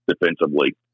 defensively